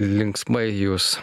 linksmai jūs